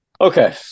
Okay